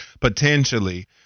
potentially